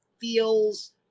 feels